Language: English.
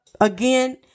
again